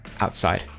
outside